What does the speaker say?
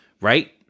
right